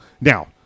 Now